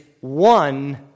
one